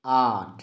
आठ